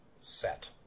set